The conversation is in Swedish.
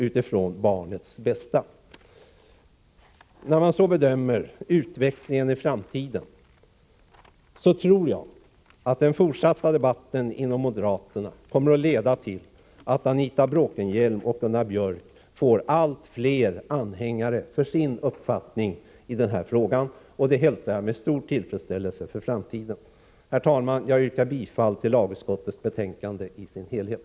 Om man försöker bedöma utvecklingen i framtiden tror jag att den fortsatta debatten inom moderaterna kommer att leda till att Anita Bråkenhielm och Gunnar Biörck får allt fler anhängare av sin uppfattning i denna fråga. Jag kommer att hälsa en sådan utveckling med stor tillfredsställelse. Herr talman! Jag yrkar bifall till utskottets hemställan i dess helhet.